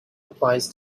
applies